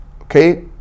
Okay